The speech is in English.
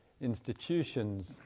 institutions